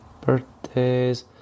birthdays